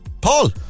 Paul